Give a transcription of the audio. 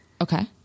okay